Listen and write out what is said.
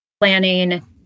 planning